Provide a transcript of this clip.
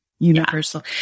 Universal